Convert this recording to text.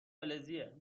فلزیه